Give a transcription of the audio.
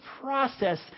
process